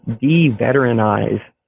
de-veteranize